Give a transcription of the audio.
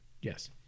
yes